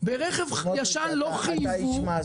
ברכב חדש לא חייבו --- אתה איש מעשי.